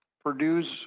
Purdue's